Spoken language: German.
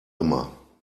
immer